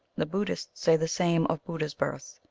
the buddhists say the same of buddha s birth.